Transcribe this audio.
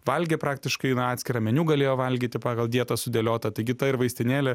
valgė praktiškai na atskirą meniu galėjo valgyti pagal dietą sudėliotą taigi ta ir vaistinėlė